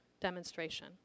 demonstration